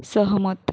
सहमत